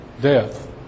Death